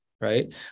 right